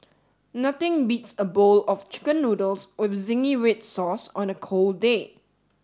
nothing beats a bowl of chicken noodles with zingy red sauce on a cold day